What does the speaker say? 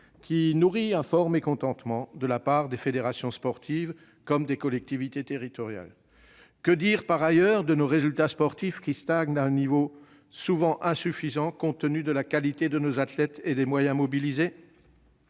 qui nourrit un fort mécontentement au sein des fédérations sportives comme des collectivités territoriales. Que dire, par ailleurs, de nos résultats sportifs, qui stagnent à un niveau souvent insuffisant compte tenu de la qualité de nos athlètes et des moyens mobilisés ?